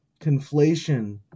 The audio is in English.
conflation